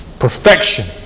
Perfection